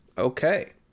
Okay